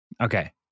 Okay